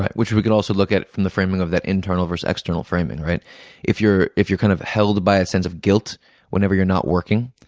which we could also look at it from the framing of that internal versus external framing. if you're if you're kind of held by a sense of guilt whenever you're not working,